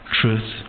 truth